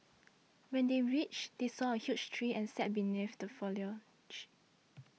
when they reached they saw a huge tree and sat beneath the foliage